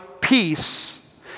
peace